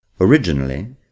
Originally